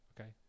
okay